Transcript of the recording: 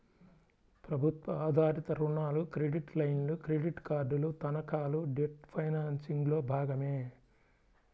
ప్రభుత్వ ఆధారిత రుణాలు, క్రెడిట్ లైన్లు, క్రెడిట్ కార్డులు, తనఖాలు డెట్ ఫైనాన్సింగ్లో భాగమే